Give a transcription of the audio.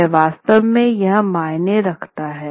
वह वास्तव में यह मायने रखता है